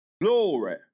Glory